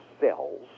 cells